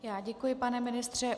Já děkuji, pane ministře.